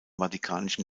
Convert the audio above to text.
vatikanischen